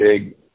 big